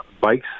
bikes